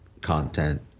content